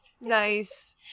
Nice